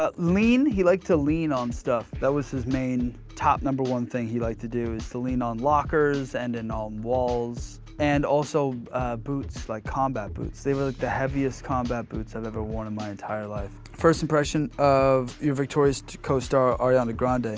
ah lean, he liked to lean on stuff. that was his main top number one thing he liked to do, is to lean on lockers and in all walls. and also boots, like combat boots, they were like the heaviest combat boots i've ever worn in my entire life. first impression of your victorious co-star ariana grande? and